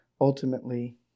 ultimately